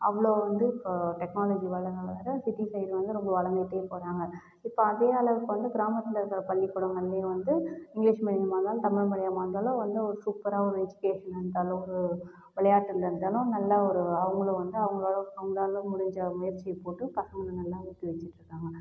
அவ்வளோ வந்து இப்போ டெக்னலாஜி வளர வளர சிட்டி சைட் வந்து ரொம்ப வளர்ந்துக்கிட்டே போகறாங்க இப்போ அதே அளவுக்கு வந்து கிராமத்தில் இருக்க பள்ளிக்கூடங்கள்லயும் வந்து இங்கிலீஷ் மீடியமாக இருந்தாலும் தமிழ் மீடியமாக இருந்தாலும் வந்து ஒரு சூப்பராக ஒரு எஜிக்கேஷன் அந்த அளவுக்கு விளையாட்டில் இருந்தாலும் நல்ல ஒரு அவங்களும் வந்து அவங்களால் அவங்களால் முடிஞ்ச முயற்சியை போட்டு பசங்களை நல்லாவே செஞ்சிட்டு இருக்காங்க